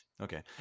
okay